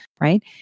right